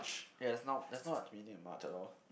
ya that's not that's not much at all